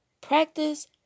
practice